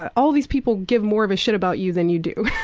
ah all these people give more of a shit about you than you do.